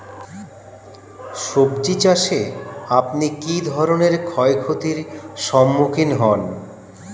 সবজী চাষে আপনি কী ধরনের ক্ষয়ক্ষতির সম্মুক্ষীণ হন?